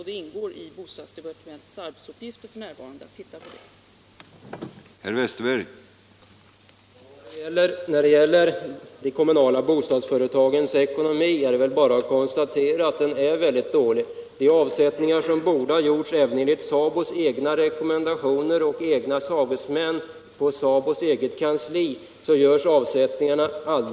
Det ingår f. n. i bostadsdepartementets arbetsuppgifter att titta på detta.